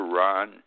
run